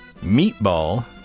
Meatball